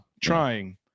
trying